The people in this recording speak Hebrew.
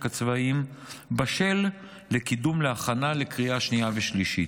הצבאים בשל לקידום להכנה לקריאה שנייה ושלישית.